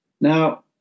Now